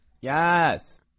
Yes